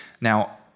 Now